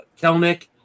Kelnick